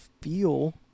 feel